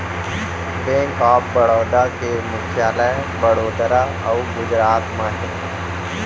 bank of Baroda के मुख्यालय बड़ोदरा अउ गुजरात म हे